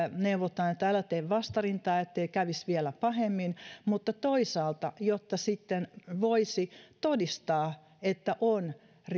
neuvotaan että älä tee vastarintaa ettei kävisi vielä pahemmin mutta toisaalta jotta voisi todistaa että on